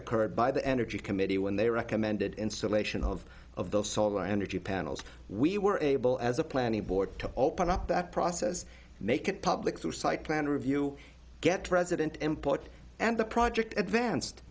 occurred by the energy committee when they recommended insulation of of those solar energy panels we were able as a planning board to open up that process make it public through site plan review get resident import and the project advanced